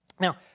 Now